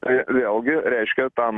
tai vėlgi reiškia tam